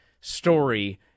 story